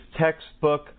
textbook